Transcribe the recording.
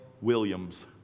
Williams